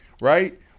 right